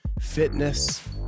fitness